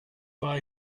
war